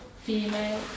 female